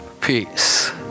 peace